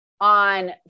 on